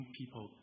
people